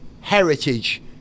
heritage